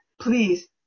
Please